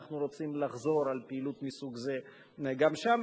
ואנחנו רוצים לחזור על פעילות מסוג זה גם שם,